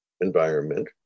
environment